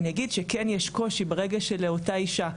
אני אגיד שכן יש קושי ברגע שלאותה אישה,